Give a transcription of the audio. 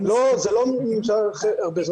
זה לא נמשך הרבה זמן,